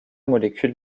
molécules